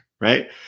right